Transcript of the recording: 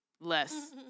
Less